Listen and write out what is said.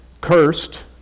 Cursed